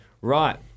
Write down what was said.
right